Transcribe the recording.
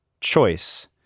choice